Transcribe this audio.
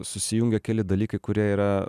susijungia keli dalykai kurie yra